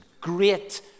great